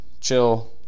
chill